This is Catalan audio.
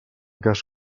cas